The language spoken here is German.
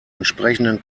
entsprechenden